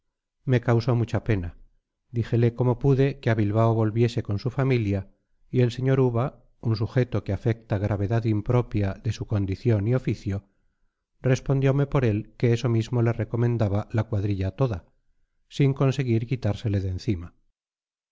me causó mucha pena díjele como pude que a bilbao volviese con su familia y el sr uva un sujeto que afecta gravedad impropia de su condición y oficio respondiome por él que eso mismo le recomendaba la cuadrilla toda sin conseguir quitársele de encima